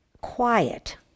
quiet